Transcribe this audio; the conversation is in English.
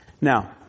Now